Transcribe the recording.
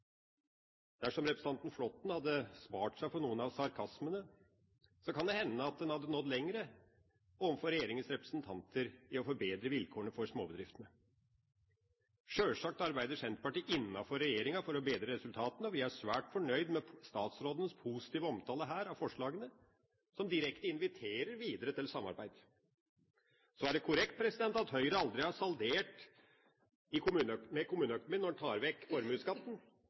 Dersom representanten Flåtten hadde spart seg for noen av sarkasmene, kan det hende at en hadde nådd lenger overfor representantene fra regjeringspartiene i å forbedre vilkårene for småbedriftene. Sjølsagt arbeider Senterpartiet innenfor regjeringa for å bedre resultatene, og vi er svært fornøyde med statsrådens positive omtale av forslagene her, som direkte inviterer til videre samarbeid. Så er det korrekt at Høyre aldri har saldert med kommuneøkonomien når en tar vekk formuesskatten.